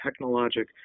technologic